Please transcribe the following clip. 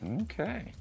Okay